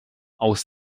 aus